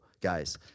Guys